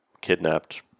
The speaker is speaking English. kidnapped